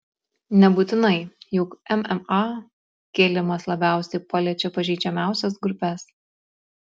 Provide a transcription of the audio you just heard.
nebūtinai juk mma kėlimas labiausiai paliečia pažeidžiamiausias grupes